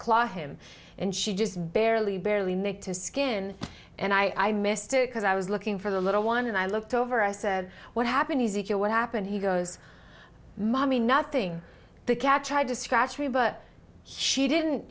claw him and she just barely barely made to skin and i missed it because i was looking for the little one and i looked over i said what happened or what happened he goes mommy nothing the catcher had to scratch me but she didn't